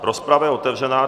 Rozprava je otevřena.